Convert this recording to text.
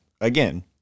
again